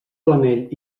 planell